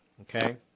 Okay